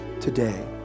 today